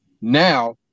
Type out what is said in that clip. now